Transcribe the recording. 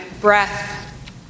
breath